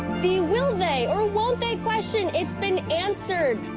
the will they or won't they question, it's been answered.